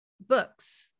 books